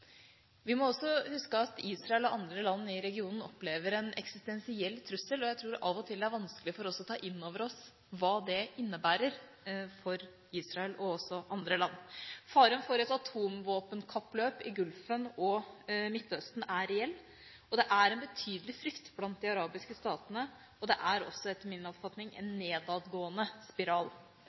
Vi må også huske at Israel og andre land i regionen opplever en eksistensiell trussel. Jeg tror det av og til er vanskelig for oss å ta inn over oss hva det innebærer for Israel – og også for andre land. Faren for et atomvåpenkappløp i Golfen og Midtøsten er reell. Det er en betydelig frykt blant de arabiske statene, og det er også, etter min oppfatning, en nedadgående spiral.